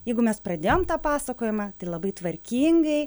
jeigu mes pradėjom tą pasakojimą tai labai tvarkingai